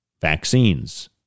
Vaccines